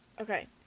Okay